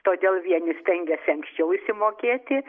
todėl vieni stengiasi anksčiau išsimokėti